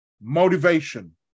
Motivation